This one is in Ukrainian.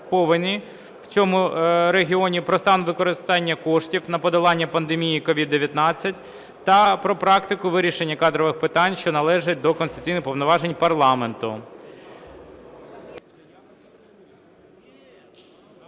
в цьому регіоні, про стан використання коштів на подолання пандемії COVID-19 та про практику вирішення кадрових питань, що належать до конституційних повноважень парламенту.